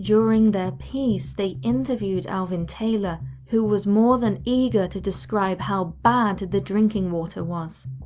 during their piece, they interviewed alvin taylor, who was more than eager to describe how bad the drinking water was.